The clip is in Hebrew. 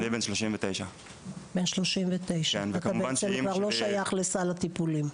אני בן 39 וכבר לא שייך לסל הטיפולים.